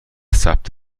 ثبت